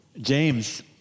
James